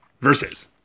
versus